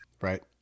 Right